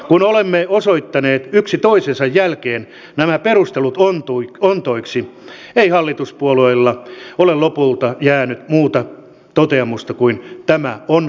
kun olemme osoittaneet yksi toisensa jälkeen nämä perustelut ontoiksi ei hallituspuolueilla ole lopulta jäänyt muuta toteamusta kuin tämä on paras tapa